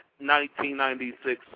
1996